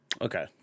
Okay